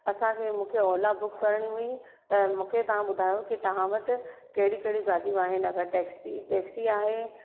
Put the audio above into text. असांखे मूंखे ओला बुक करिणी हुई त मूंखे तव्हां ॿुधायो की तव्हां वटि कहिड़ी कहिड़ी गाॾियूं आहिनि अगरि टैक्सी टैक्सी आहे